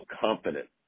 confident